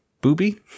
Booby